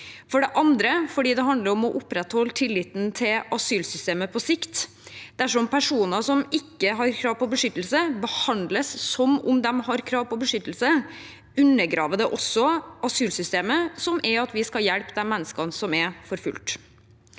for det andre fordi det handler om å opprettholde tilliten til asylsystemet på sikt. Dersom personer som ikke har krav på beskyttelse, behandles som om de har krav på beskyttelse, undergraver det også asylsystemet, som er at vi skal hjelpe mennesker som er forfulgt.